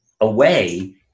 away